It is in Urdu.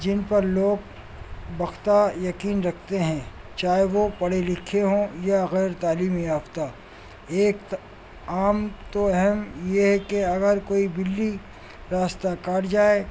جن پر لوگ پختہ یقین رکھتے ہیں چاہے وہ پڑھے لکھے ہوں یا غیر تعلیم یافتہ ایک عام تواہم یہ ہے کہ اگر کوئی بلی راستہ کاٹ جائے